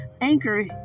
Anchor